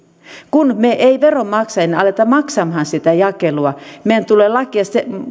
kun me emme veronmaksajina ala maksamaan sitä jakelua meidän tulee